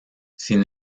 sin